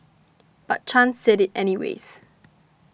but Chan said it anyways